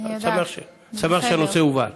ואני שמח שהנושא הובן.